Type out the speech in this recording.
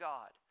God